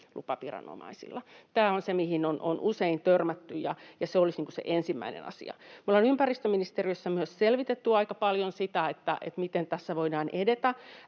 lupaviranomaisilla. Tämä on se, mihin on usein törmätty, ja se olisi se ensimmäinen asia. Me ollaan ympäristöministeriössä myös selvitetty aika paljon, miten tässä voidaan edetä.